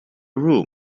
room